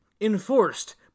enforced